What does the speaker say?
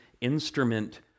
instrument